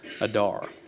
Adar